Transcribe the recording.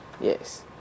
Yes